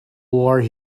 war